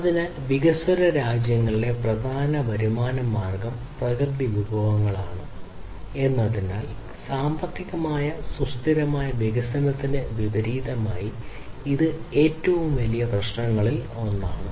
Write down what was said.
അതിനാൽ വികസ്വര രാജ്യങ്ങളിലെ പ്രധാന വരുമാന മാർഗ്ഗം പ്രകൃതി വിഭവങ്ങളാണ് എന്നതിനാൽ സാമ്പത്തികമായി സുസ്ഥിരമായ വികസനത്തിന് വിപരീതമായി ഇത് ഏറ്റവും വലിയ പ്രശ്നങ്ങളിലൊന്നാണ്